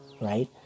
right